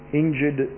injured